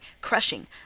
crushing